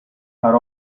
are